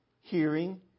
hearing